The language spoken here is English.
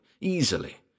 easily—